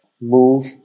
move